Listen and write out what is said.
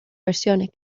versiones